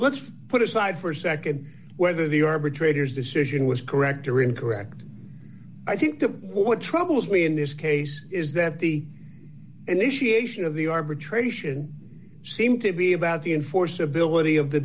let's put aside for a nd whether the arbitrator's decision was correct or incorrect i think that what troubles me in this case is that the initiation of the arbitration seemed to be about the enforceability of the